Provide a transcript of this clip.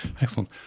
Excellent